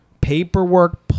Paperwork